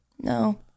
No